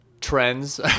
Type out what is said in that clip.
trends